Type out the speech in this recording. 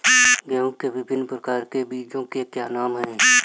गेहूँ के विभिन्न प्रकार के बीजों के क्या नाम हैं?